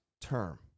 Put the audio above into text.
term